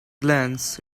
glance